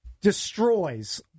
destroys